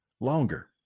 longer